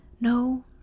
no